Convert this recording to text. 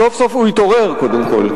סוף-סוף הוא התעורר, קודם כול.